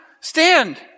stand